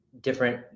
different